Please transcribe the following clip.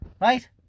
Right